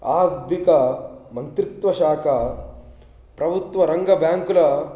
ఆర్థిక మంత్రిత్వ శాఖ ప్రభుత్వ రంగ బ్యాంకుల